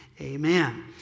amen